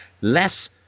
less